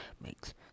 makes